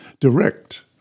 direct